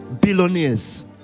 billionaires